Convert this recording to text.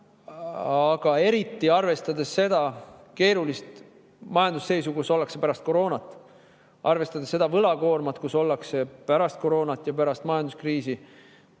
aga eriti arvestades seda keerulist majandusseisu, kus ollakse pärast koroonat, arvestades seda võlakoormat, kus ollakse pärast koroonat ja pärast majanduskriisi,